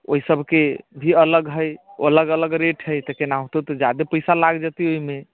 ओहिसभके भी अलग हइ अलग अलग रेट हइ तऽ केनाहितो तऽ ज्यादा पैसा लागि जेतै ओहिमे